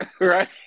Right